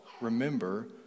remember